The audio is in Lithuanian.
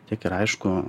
tik ir aišku